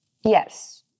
Yes